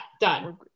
done